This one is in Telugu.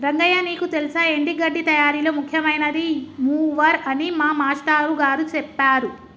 రంగయ్య నీకు తెల్సా ఎండి గడ్డి తయారీలో ముఖ్యమైనది మూవర్ అని మా మాష్టారు గారు సెప్పారు